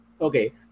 Okay